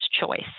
choice